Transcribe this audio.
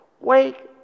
Wake